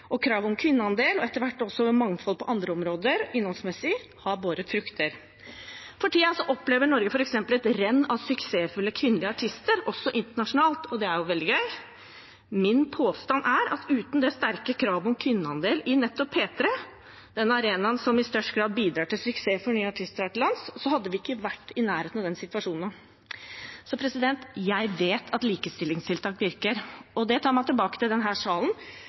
om kvinneandel og etter hvert også med mangfold på andre områder innholdsmessig har båret frukter. For tiden opplever Norge f.eks. et renn av suksessfulle kvinnelige artister også internasjonalt – og det er jo veldig gøy. Min påstand er at uten det sterke kravet om kvinneandel i nettopp P3, den arenaen som i størst grad bidrar til suksess for nye artister her til lands, hadde vi ikke vært i nærheten av den situasjonen. Så jeg vet at likestillingstiltak virker. Det fører meg tilbake til denne salen. For selv om alle partier her